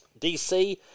DC